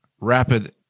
rapid